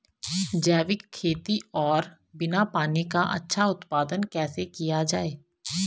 जैविक खेती और बिना पानी का अच्छा उत्पादन कैसे किया जाए?